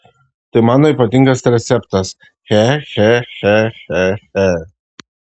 tai mano ypatingas receptas che che che che che